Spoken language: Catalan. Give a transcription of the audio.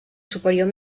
superior